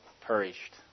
perished